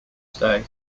state